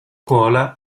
scuola